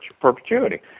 perpetuity